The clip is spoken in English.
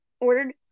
ordered